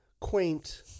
quaint